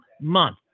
month